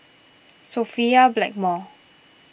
Sophia Blackmore